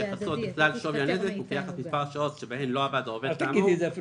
שיחסו לכלל שווי הנזק הוא כיחס מספר השעות שבהן לא עבד העובד כאמור,